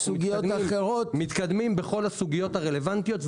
אנחנו מתקדמים בכל הסוגיות הרלוונטיות.